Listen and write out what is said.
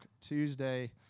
Tuesday